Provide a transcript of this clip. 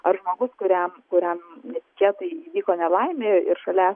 ar žmogus kuriam kuriam netikėtai įvyko nelaimė ir šalia